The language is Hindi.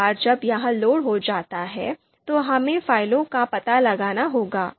एक बार जब यह लोड हो जाता है तो हमें फ़ाइलों का पता लगाना होगा